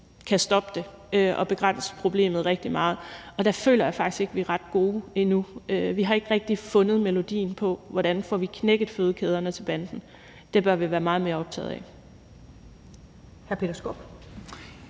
kan stoppe det og begrænse problemet rigtig meget, og der føler jeg faktisk ikke vi er ret gode endnu. Vi har ikke rigtig fundet melodien på, hvordan vi får knækket fødekæderne til banderne, og det bør vi være meget mere optaget af.